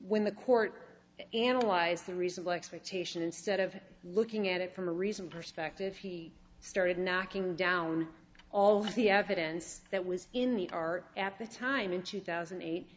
when the court analyzed the recently expectational instead of looking at it from a reasoned perspective he started knocking down all the evidence that was in the art at the time in two thousand and eight